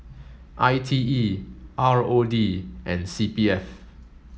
I T E R O D and C P F